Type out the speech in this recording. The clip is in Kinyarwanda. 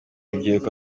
rubyiruko